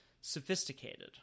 sophisticated